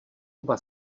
oba